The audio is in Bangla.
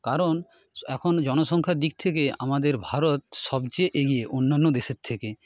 কারণ এখন জনসংখ্যার দিক থেকে আমাদের ভারত সবচেয়ে এগিয়ে অন্যান্য দেশের থেকে